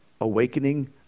awakening